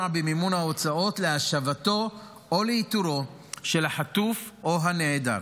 במימון ההוצאות להשבתו או לאיתורו של החטוף או הנעדר.